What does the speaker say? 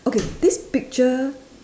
okay this picture